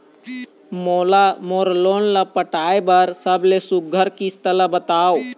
मोला मोर लोन ला पटाए बर सबले सुघ्घर किस्त ला बताव?